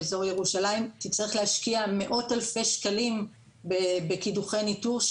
באזור ירושלים תצטרך להשקיע מאות אלפי שקלים בקידוחי ניטור,